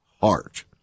heart